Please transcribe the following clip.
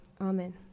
amen